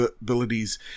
abilities